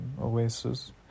Oasis